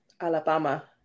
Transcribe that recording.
Alabama